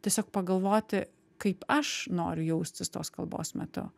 tiesiog pagalvoti kaip aš noriu jaustis tos kalbos metu